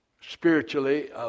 spiritually